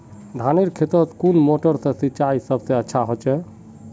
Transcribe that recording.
धानेर खेतोत कुन मोटर से सिंचाई सबसे अच्छा होचए?